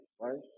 right